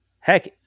Heck